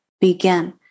begin